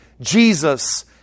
Jesus